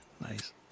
Nice